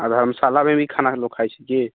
आओर धर्मशालामे भी खाना लोक खाइ छै की